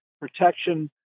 protection